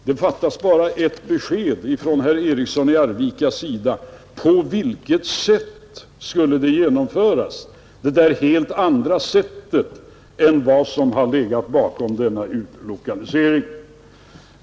Det fattas bara ett besked från herr Eriksson i Arvika; på vilket sätt det skulle genomföras — det sätt som skulle vara helt annorlunda än det som denna utlokalisering förberetts på.